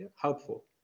helpful